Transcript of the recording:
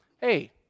hey